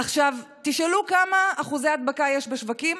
עכשיו תשאלו כמה אחוזי הדבקה יש בשווקים.